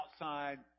outside